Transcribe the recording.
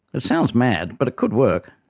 it sounds mad, but it could work.